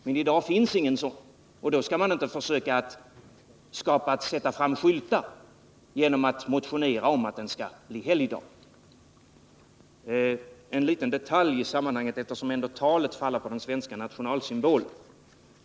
Men i dag finns ingen sådan anknytning, och då skall man inte försöka att sätta fram skyltar genom att motionera om att den 6 juni skall bli helgdag. En liten detalj i sammanhanget, eftersom ändå talet faller på den svenska nationalsymbolen.